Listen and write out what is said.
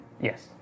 Yes